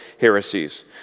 heresies